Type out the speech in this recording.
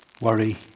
worry